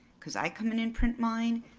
cause i come in and print mine.